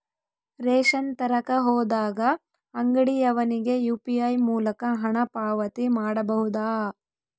Ration ತರಕ ಹೋದಾಗ ಅಂಗಡಿಯವನಿಗೆ ಯು.ಪಿ.ಐ ಮೂಲಕ ಹಣ ಪಾವತಿ ಮಾಡಬಹುದಾ?